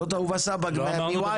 זאת אהובה סבג מ-Y-NET.